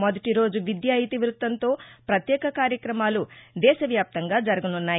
మొదటిరోజు విద్య ఇతివృత్తంతో ప్రత్యేక కార్యక్రమాలు దేశవ్యాప్తంగా జరగసున్నాయి